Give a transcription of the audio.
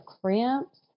cramps